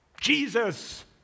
Jesus